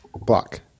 Block